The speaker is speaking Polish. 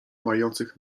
mających